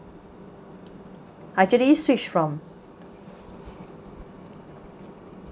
actually switch from